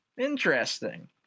interesting